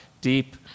deep